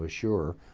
ah sure,